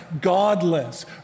godless